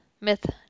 myth